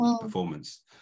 performance